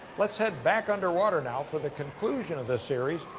let's head back underwater now for the conclusion of the series,